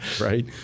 right